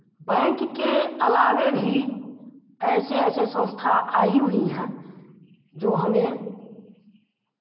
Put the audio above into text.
bank के अलावे भी ऐसे ऐसे संस्था आई हुई हैं जो हमें